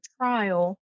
trial